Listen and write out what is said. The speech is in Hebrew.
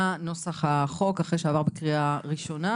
נוסח החוק אחרי שעבר קריאה ראשונה